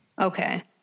Okay